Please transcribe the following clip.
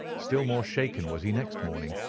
still more shaken was he next morning.